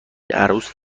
عروس